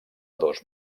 dos